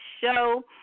show